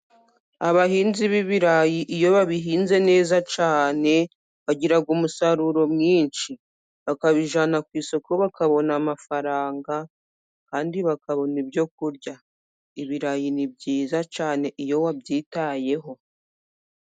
Abahinzi b'ibirayi iyo babihinze neza cyane bagira umusaruro mwinshi. Bakabijana ku isoko bakabona amafaranga. Kandi bakabona ibyo kurya. Ibirayi ni byiza cyane iyo wabyitayeho.